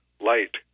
light